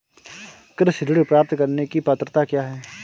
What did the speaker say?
कृषि ऋण प्राप्त करने की पात्रता क्या है?